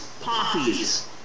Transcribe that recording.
Poppies